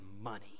money